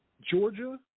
Georgia